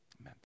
Amen